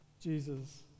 Jesus